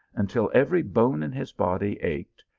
until every bone in his body ached,